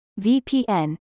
VPN